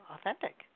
authentic